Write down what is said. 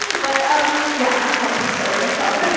but um yeah, i can't. sorry, i can't.